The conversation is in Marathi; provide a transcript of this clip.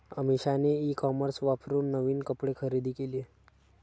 अमिषाने ई कॉमर्स वापरून नवीन कपडे खरेदी केले